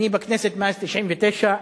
אני בכנסת מאז 1999,